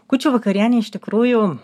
kūčių vakarienė iš tikrųjų